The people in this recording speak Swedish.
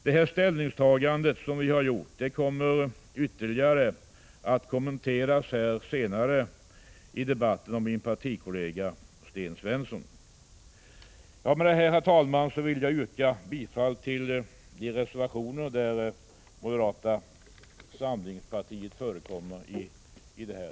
Vårt ställningstagande kommer senare i debatten att ytterligare kommenteras av min partikollega Sten Svensson. Med detta, herr talman, vill jag yrka bifall till de reservationer till betänkande 15 där moderata samlingspartiet förekommer.